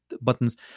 buttons